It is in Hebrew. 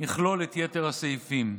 יכלול את יתר הסעיפים.